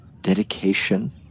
dedication